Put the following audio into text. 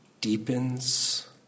deepens